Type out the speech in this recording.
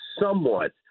somewhat